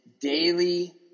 daily